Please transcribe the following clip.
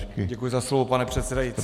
Děkuji za slovo, pane předsedající.